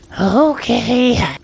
Okay